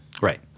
Right